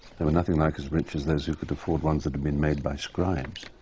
they were nothing like as rich as those who could afford ones that had been made by scribes,